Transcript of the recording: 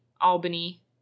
Albany